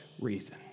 reason